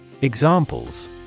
Examples